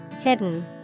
Hidden